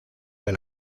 del